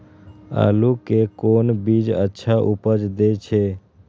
आलू के कोन बीज अच्छा उपज दे छे?